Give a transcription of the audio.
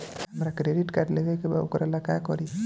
हमरा credit card लेवे के बा वोकरा ला का करी?